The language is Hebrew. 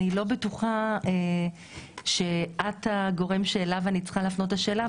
אני לא בטוחה שאת הגורם שאליו אני צריכה להפנות את השאלה,